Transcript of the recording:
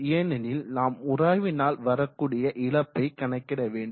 ஏனெனில் நாம் உராய்வினால் வரக்கூடிய இழப்பை கணக்கிட வேண்டும்